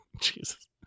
Jesus